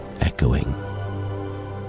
echoing